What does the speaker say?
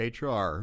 HR